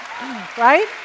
right